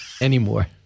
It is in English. anymore